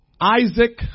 Isaac